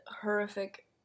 horrific